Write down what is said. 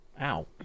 Ow